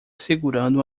segurando